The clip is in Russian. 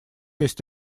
есть